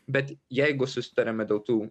bet jeigu susitariame dėl tų